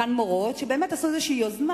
חלקן מורות, שבאמת עשו איזו יוזמה.